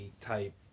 type